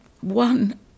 One